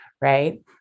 right